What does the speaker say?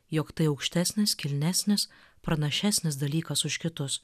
jog tai aukštesnis kilnesnis pranašesnis dalykas už kitus